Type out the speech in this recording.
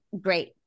great